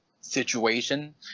situation